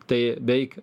tai beveik